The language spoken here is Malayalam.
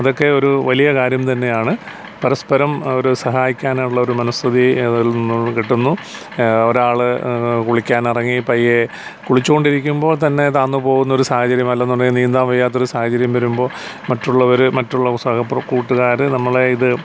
അതൊക്കെ ഒരു വലിയ കാര്യം തന്നെയാണ് പരസ്പരം ഒരു സഹായിക്കാനുള്ളൊരു മനഃസ്ഥിതി അതിൽ നിന്ന് കിട്ടുന്നു ഒരാള് കുളിക്കാൻ ഇറങ്ങി പയ്യേ കുളിച്ചുകൊണ്ടിരിക്കുമ്പോൾ തന്നെ താഴ്ന്നു പോകുന്നൊരു സാഹചര്യം അല്ല എന്നുണ്ടെങ്കില് നീന്താൻ വയ്യാത്തൊരു സാഹചര്യം വരുമ്പോള് മറ്റുള്ളവര് മറ്റുള്ള കൂട്ടുകാര് നമ്മളെ ഇത്